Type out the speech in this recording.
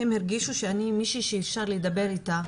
הם הרגישו שאני מישהו שאפשר לדבר איתה,